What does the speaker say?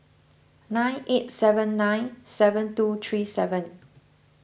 nine eight seven nine seven two three seven